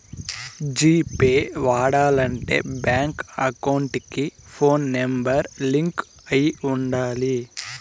G pay వాడాలంటే bank account కి phone number link అయి ఉండాలి